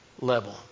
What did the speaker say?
level